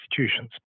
institutions